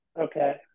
Okay